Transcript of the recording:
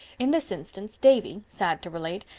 in this instance, davy, sad to relate,